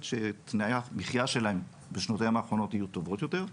שתנאי המחיה שלהם בשנותיהם האחרונות יהיו טובים יותר,